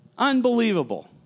unbelievable